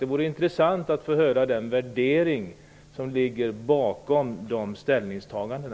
Det vore intressant att få höra den värdering som ligger bakom dessa ställningstaganden.